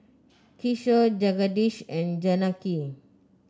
Kishore Jagadish and Janaki